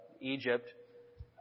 Egypt